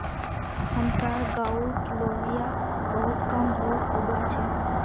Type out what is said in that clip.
हमसार गांउत लोबिया बहुत कम लोग उगा छेक